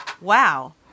wow